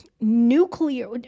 nuclear